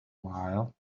while